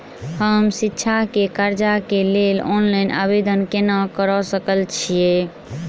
हम शिक्षा केँ कर्जा केँ लेल ऑनलाइन आवेदन केना करऽ सकल छीयै?